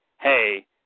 hey